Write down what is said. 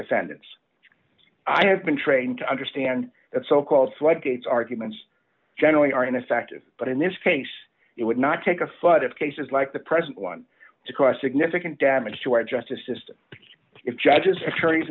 defendants i have been trained to understand that so called floodgates arguments generally are ineffective but in this case it would not take a flood of cases like the present one to question if it can damage to our justice system if judges attorneys